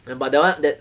and but that one that